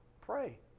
Pray